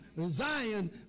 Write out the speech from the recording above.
Zion